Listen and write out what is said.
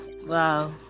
wow